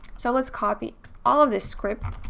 so let's copy all of this script,